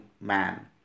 man